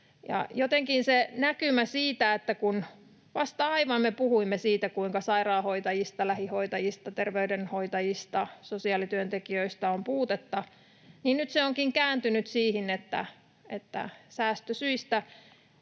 Jotenkin se näkymä siinä, kun aivan vasta me puhuimme siitä, kuinka sairaanhoitajista, lähihoitajista, terveydenhoitajista ja sosiaalityöntekijöistä on puutetta, nyt onkin kääntynyt siihen, että säästösyistä